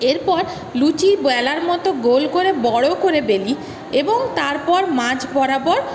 এরপর লুচি বেলার মতো গোল করে বড়ো করে বেলি এবং তারপর মাঝ বরাবর